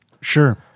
Sure